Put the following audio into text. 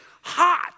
hot